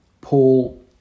Paul